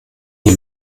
die